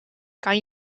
kan